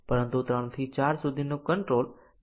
આપણે બંને એક જ સમયે સાચા પ્રાપ્ત કરી શકતા નથી